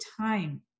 time